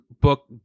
book